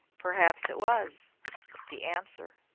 perhaps it was the answer!